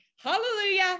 Hallelujah